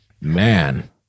Man